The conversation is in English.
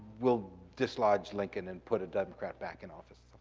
we'll dislodge lincoln and put a democrat back in office.